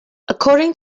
according